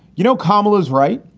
you know, carmella's. right.